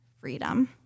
freedom